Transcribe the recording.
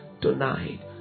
tonight